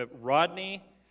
Rodney